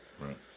Right